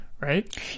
Right